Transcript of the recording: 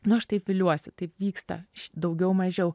nu aš taip viliuosi taip vyksta daugiau mažiau